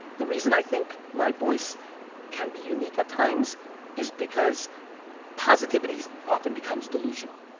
the reason i think my voice can be unique at times is because positivity often becomes delusional.